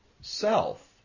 self